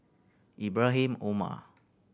Ibrahim Omar